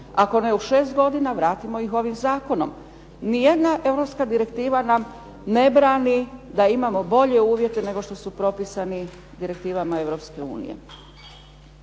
Ako ne u 6 godina, vratimo ih ovim zakonom. Ni jedna europska direktiva nam ne brani da imamo bolje uvjete, nego što su propisani direktivama Europske unije.